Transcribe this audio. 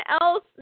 else